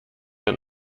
ein